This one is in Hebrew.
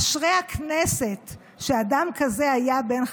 אשרי הכנסת שאדם כזה היה בין חבריה.